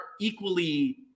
equally